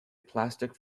plastic